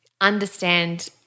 understand